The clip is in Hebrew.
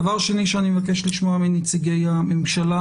דבר שני שאני מבקש לשמוע מנציגי הממשלה,